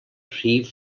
rhif